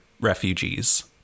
refugees